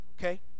okay